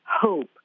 hope